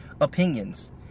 opinions